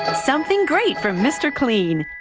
and something great from. mister clean.